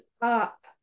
up